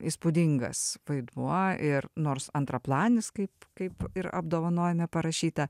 įspūdingas vaidmuo ir nors antraplanis kaip kaip ir apdovanojime parašyta